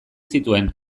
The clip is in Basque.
zituen